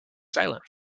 silent